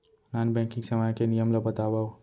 Non banking सेवाएं के नियम ला बतावव?